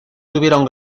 tuvieron